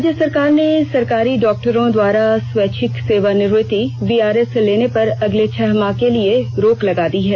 राज्य सरकार ने सरकारी डॉक्टरों द्वारा स्वैच्छिक सेवानिवृत्ति वीआरएस लेने पर अगले छह माह के लिए रोक लगा दी है